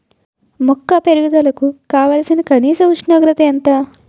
మొక్క పెరుగుదలకు కావాల్సిన కనీస ఉష్ణోగ్రత ఎంత?